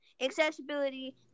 accessibility